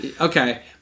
okay